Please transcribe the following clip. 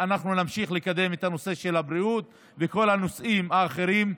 אנחנו נמשיך לקדם את נושא הבריאות ואת כל הנושאים האחרים.